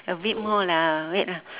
a bit more lah wait ah